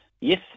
Yes